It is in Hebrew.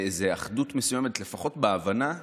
אחדות מסוימת, לפחות בהבנה שאנחנו,